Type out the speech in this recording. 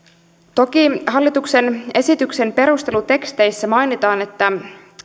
toki hallituksen esityksen perusteluteksteissä mainitaan että